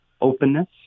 openness